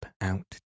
out